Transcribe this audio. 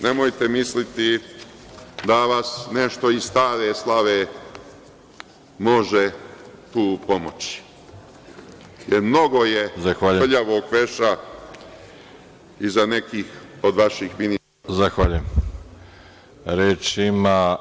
Nemojte misliti da vam nešto iz stare slave može tu pomoći, jer mnogo je prljavog veša i za nekih od vaših ministara…